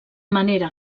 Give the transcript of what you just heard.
manera